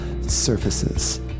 surfaces